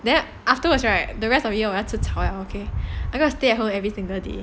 then afterwards right the rest of the year 我要吃草了 I gonna stay at home every single day